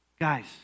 guys